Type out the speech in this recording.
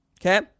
okay